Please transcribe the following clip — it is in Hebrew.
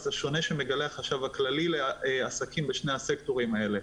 השונה שמגלה החשב הכללי לעסקים בשני הסקטורים האלה.